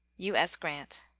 u s. grant.